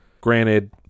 Granted